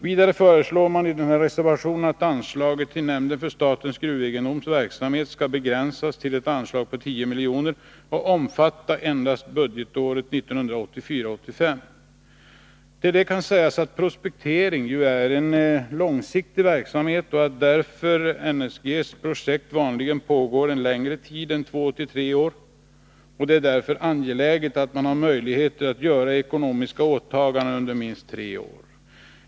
Vidare föreslår man i denna reservation att anslaget till nämnden för statens gruvegendoms verksamhet skall begränsas till ett anslag på 10 miljoner och omfatta endast budgetåret 1984/85. Till detta kan sägas att prospektering är en långsiktig verksamhet och att därför NSG:s projekt vanligen pågår längre tid än två till tre år. Det är därför angeläget att man har möjligheter att göra ekonomiska åtaganden under minst tre år.